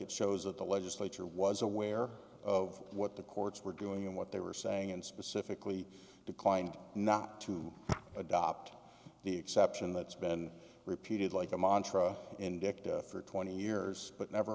it shows that the legislature was aware of what the courts were doing and what they were saying and specifically declined not to adopt the exception that's been repeated like a montra in for twenty years but never